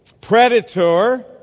Predator